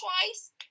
twice